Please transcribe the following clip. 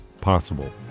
possible